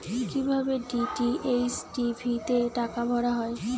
কি ভাবে DTH TV তে টাকা ভরা হয়?